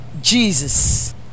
Jesus